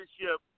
leadership